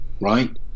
right